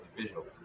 visual